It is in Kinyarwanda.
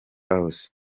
house